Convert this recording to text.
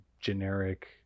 generic